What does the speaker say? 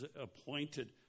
appointed